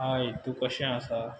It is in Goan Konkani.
हाय तूं कशें आसा